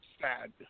sad